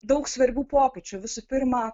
daug svarbių pokyčių visų pirmą